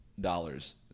dollars